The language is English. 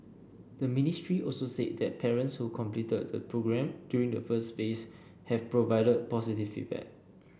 the ministry also said that parents who completed the programme during the first phase have provided positive feedback